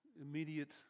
immediate